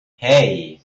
hei